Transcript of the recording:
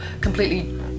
completely